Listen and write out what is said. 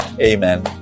Amen